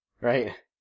Right